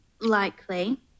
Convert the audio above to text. likely